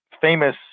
famous